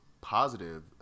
positive